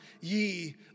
ye